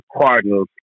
Cardinals